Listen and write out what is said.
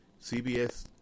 CBS